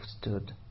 stood